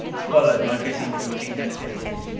followed my busy routine activities.